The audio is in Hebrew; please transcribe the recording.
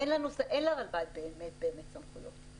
אין לרלב"ד באמת באמת סמכויות.